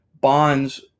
Bonds